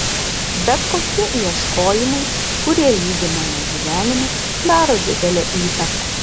bet kokie ieškojimai kurie lydi mane gyvenime daro didelę įtaką